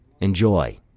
Enjoy